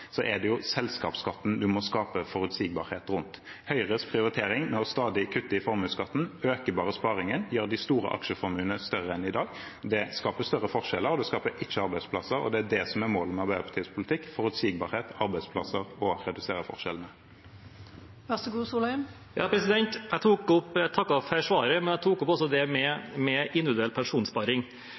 er det selskapsskatten en må skape forutsigbarhet rundt. Høyres prioritering med stadig å kutte i formuesskatten øker bare sparingen og gjør de store aksjeformuene større enn i dag. Det skaper større forskjeller, det skaper ikke arbeidsplasser. Det er det som er målet med Arbeiderpartiets politikk: forutsigbarhet, arbeidsplasser og å redusere forskjellene. Jeg takker for svaret, men jeg tok også opp det med individuell pensjonssparing. Jeg